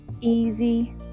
easy